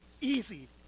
Easy